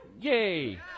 Yay